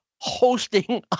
hosting